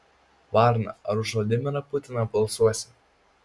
varna ar už vladimirą putiną balsuosi